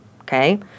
okay